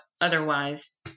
otherwise